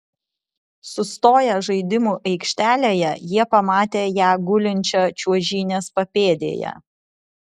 sustoję žaidimų aikštelėje jie pamatė ją gulinčią čiuožynės papėdėje